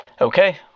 Okay